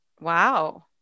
Wow